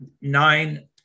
nine